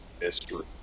mystery